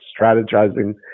strategizing